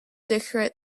decorate